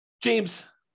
James